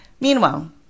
Meanwhile